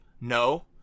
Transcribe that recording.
No